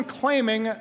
claiming